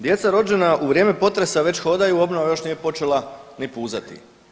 Djeca rođena u vrijeme potresa već hodaju, obnova još nije počela ni puzati.